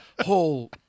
whole